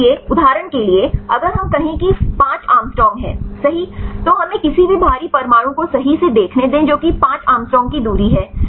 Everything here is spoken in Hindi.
इसलिए उदाहरण के लिए अगर हम कहें कि 5 एंगस्ट्रॉम है सही तो हमें किसी भी भारी परमाणु को सही से देखने दें जो कि 5 एंगस्ट्रॉम की दूरी है